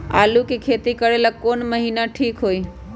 आलू के खेती करेला कौन महीना ठीक होई?